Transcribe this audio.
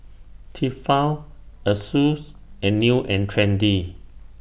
Tefal Asus and New and Trendy